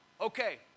Okay